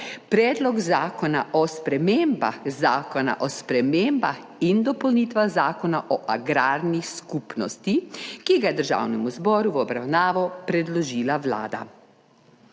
Predlog zakona o spremembah Zakona o spremembah in dopolnitvah Zakona o agrarni skupnosti, ki ga je Državnemu zboru v obravnavo predložila Vlada.